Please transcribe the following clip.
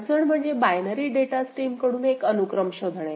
अडचण म्हणजे binary data stream कडून एक अनुक्रम शोधणे